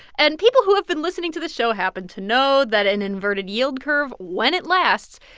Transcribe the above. and people who have been listening to this show happened to know that an inverted yield curve, when it lasts,